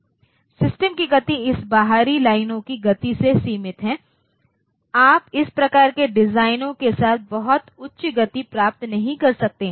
system की गति इस बाहरी लाइनों की गति से सीमित है आप इस प्रकार के डिजाइनों के साथ बहुत उच्च गति प्राप्त नहीं कर सकते हैं